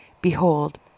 behold